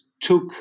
took